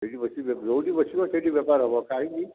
ସେଇଠି ବସିକି ଯେଉଁଠି ବସିବ ସେଇଠି ବେପାର ହେବ କାହିଁକି